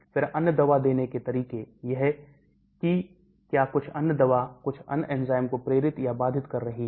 फिर अन्य दवा देने के तरीके यह है कि क्या कुछ अन्य दवा कुछ एंजाइम को प्रेरित या बाधित कर रही है